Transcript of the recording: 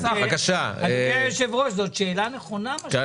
אדוני היושב, זאת שאלה נכונה ששואל